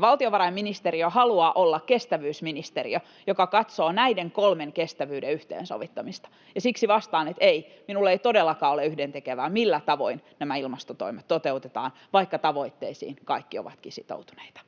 Valtiovarainministeriö haluaa olla kestävyysministeriö, joka katsoo näiden kolmen kestävyyden yhteensovittamista, ja siksi vastaan, että ei, minulle ei todellakaan ole yhdentekevää, millä tavoin nämä ilmastotoimet toteutetaan, vaikka tavoitteisiin kaikki ovatkin sitoutuneita.